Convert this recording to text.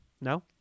no